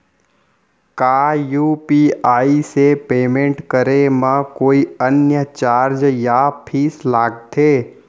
का यू.पी.आई से पेमेंट करे म कोई अन्य चार्ज या फीस लागथे?